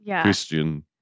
Christian